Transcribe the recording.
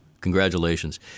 Congratulations